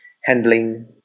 handling